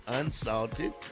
unsalted